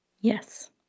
Yes